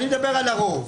אני מדבר על הרוב.